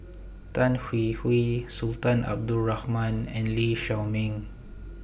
Tan Hwee Hwee Sultan Abdul Rahman and Lee Shao Meng